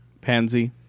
pansy